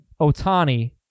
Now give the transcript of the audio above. Otani